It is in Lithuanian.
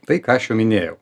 tai ką aš jum minėjau